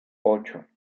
ocho